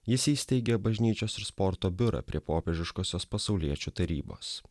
jis įsteigė bažnyčios ir sporto biurą prie popiežiškosios pasauliečių tarybos